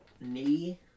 knee